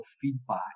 feedback